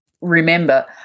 remember